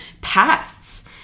pasts